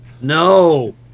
No